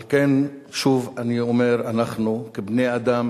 על כן, שוב, אני אומר, אנחנו, כבני-אדם